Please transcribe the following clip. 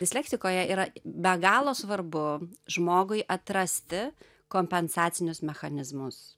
dislektikoje yra be galo svarbu žmogui atrasti kompensacinius mechanizmus